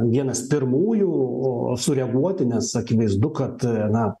vienas pirmųjų sureaguoti nes akivaizdu kad na